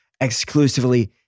exclusively